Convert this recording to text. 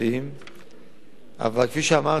אבל כפי שאמרתי, הממשלה מתנגדת